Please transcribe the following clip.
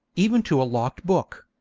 even to a locked book.